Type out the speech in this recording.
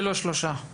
ולא שלושה.